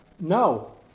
No